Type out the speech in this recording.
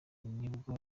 nibwo